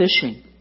fishing